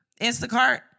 Instacart